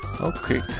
Okay